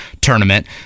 tournament